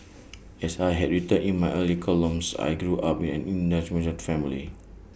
as I had written in my earlier columns I grew up in an undemonstrative family